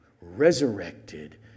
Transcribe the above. resurrected